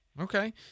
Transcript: Okay